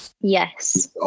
Yes